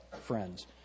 friends